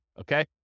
okay